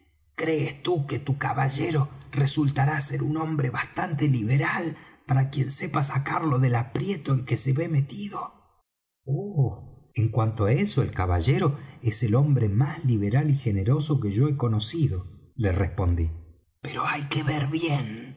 crées tú que tu caballero resultará ser un hombre bastante liberal para quien sepa sacarlo del aprieto en que se ve metido oh en cuanto á eso el caballero es el hombre más liberal y generoso que yo he conocido le respondí pero hay que ver bien